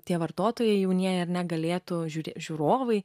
tie vartotojai jaunieji ar negalėtų žiūri žiūrovai